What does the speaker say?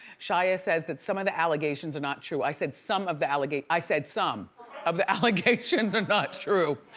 shia says that some of the allegations are not true. i said some of the, and i said some of the allegations are not true.